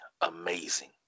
amazing